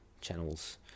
channels